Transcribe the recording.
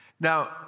Now